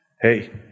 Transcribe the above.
Hey